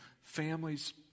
families